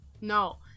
No